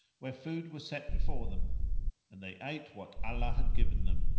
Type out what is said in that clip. where food was set before them and they ate what allah had given them.